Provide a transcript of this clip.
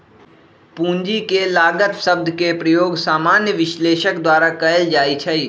पूंजी के लागत शब्द के प्रयोग सामान्य विश्लेषक द्वारा कएल जाइ छइ